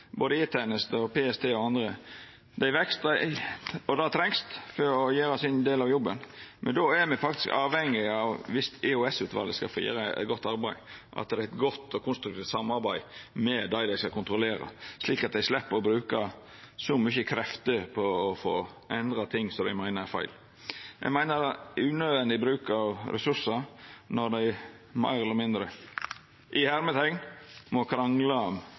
både E-tenesta, PST og andre, og det trengst for at dei skal gjera sin del av jobben. Men dersom EOS-utvalet skal få gjera eit godt arbeid, er me faktisk avhengige av at det er eit godt og konstruktivt samarbeid med dei dei skal kontrollera, slik at dei slepp å bruka so mykje krefter på å endra ting dei meiner er feil. Eg meiner det er unødvendig bruk av ressursar når dei meir eller mindre